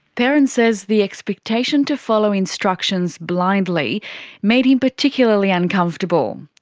perrin says the expectation to follow instructions blindly made him particularly uncomfortable.